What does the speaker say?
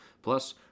Plus